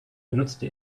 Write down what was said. benutzte